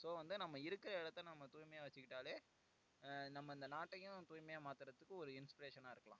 so வந்து நம்ம இருக்கற இடத்த நம்ம தூய்மையாக வச்சுக்கிட்டாலே நம்ம இந்த நாட்டையும் தூய்மையாக மாற்றுறதுக்கு ஒரு இன்ஸ்பிரேஷனாக இருக்கலாம்